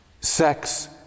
sex